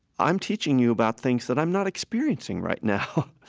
i'm teaching you about things that i'm not experiencing right now.